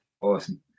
Awesome